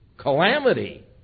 calamity